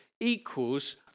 equals